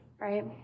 right